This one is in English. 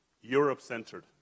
Europe-centered